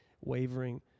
wavering